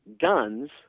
guns